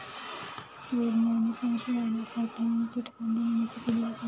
वैज्ञानिक संशोधनासाठीही कीटकांची निर्मिती केली जाते